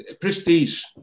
prestige